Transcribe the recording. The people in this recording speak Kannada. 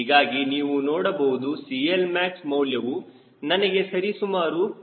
ಹೀಗಾಗಿ ನೀವು ನೋಡಬಹುದು CLmax ಮೌಲ್ಯವು ನನಗೆ ಸರಿಸುಮಾರು 1